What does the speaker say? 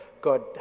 God